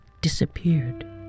disappeared